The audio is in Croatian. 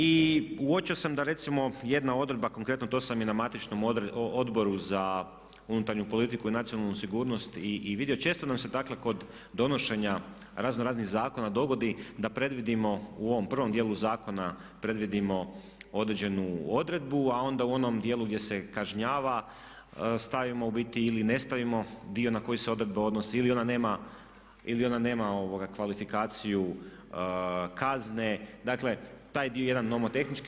I uočio sam da recimo jedna odredba konkretno to sam i na matičnom Odboru za unutarnju politiku i nacionalnu sigurnost i vidio i često nam se dakle kod donošenja razno raznih zakona dogodi da predvidimo u ovom prvom djelu zakona, predvidimo određenu odredbu a onda u onom djelu gdje se kažnjava stavimo ubiti ili ne stavimo dio na koji se odredba odnosi ili ona nema kvalifikaciju kazne, dakle, taj dio jedan nomotehnički.